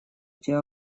тебя